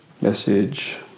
message